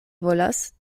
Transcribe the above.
volas